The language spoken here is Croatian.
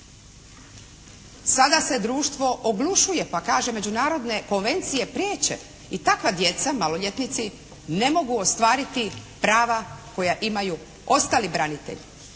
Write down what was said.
Sada se društvo oglušuje pa kaže međunarodne konvencije priječe i takva djeca, maloljetnici ne mogu ostvariti prava koja imaju ostali branitelji.